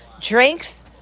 drinks